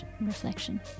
reflection